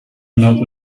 not